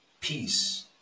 peace